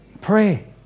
pray